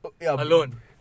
Alone